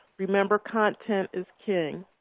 remember content is king.